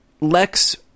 Lex